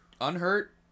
unhurt